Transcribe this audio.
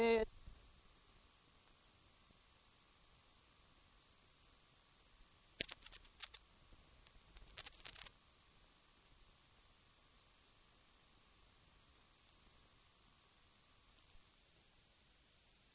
I övrigt är jag naturligtvis nöjd och belåten om ni är beredda att i fortsättningen vara med och satsa på primära centra. Sedan kommer fru Jonäng in på befolkningsramarna; hon menar att man skulle ha löst problemet om man hade utgått från centerns målsättning och att det skulle ha skett genom planering. Jag tycker att fru Jonäng skall tala om vad det är som skulle ha skett genom den planeringen.